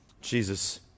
Jesus